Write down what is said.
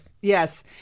Yes